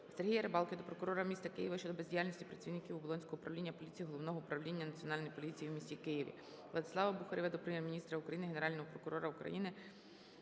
Сергія Рибалки до прокурора міста Києва щодо бездіяльності працівників Оболонського управління поліції Головного управління Національної поліції у місті Києві. Владислава Бухарєва до Прем'єр-міністра України, Генерального прокурора України